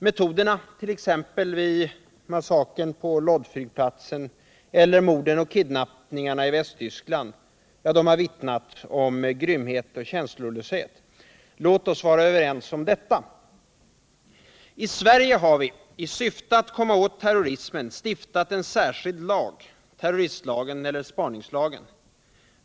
Metoderna vid t.ex. massakern på Lodflygplatsen eller morden och kidnappningarna i Västtyskland har vittnat om grymhet och känslolöshet. Låt oss vara överens om detta. I Sverige har vi i syfte att komma åt terrorismen stiftat en särskild lag, terroristlagen eller spaningslagen.